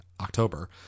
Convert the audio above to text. October